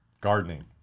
Gardening